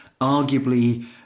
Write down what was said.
arguably